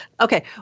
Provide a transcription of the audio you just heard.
Okay